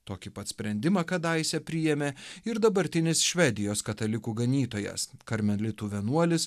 tokį pat sprendimą kadaise priėmė ir dabartinis švedijos katalikų ganytojas karmelitų vienuolis